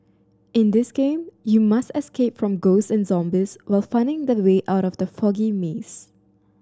in this game you must escape from ghost and zombies while finding the way out of the foggy maze